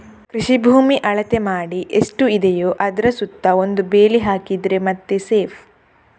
ಕೃಷಿ ಭೂಮಿ ಅಳತೆ ಮಾಡಿ ಎಷ್ಟು ಇದೆಯೋ ಅದ್ರ ಸುತ್ತ ಒಂದು ಬೇಲಿ ಹಾಕಿದ್ರೆ ಮತ್ತೆ ಸೇಫ್